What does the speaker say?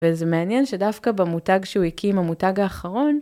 וזה מעניין שדווקא במותג שהוא הקים המותג האחרון